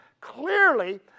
clearly